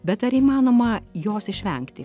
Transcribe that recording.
bet ar įmanoma jos išvengti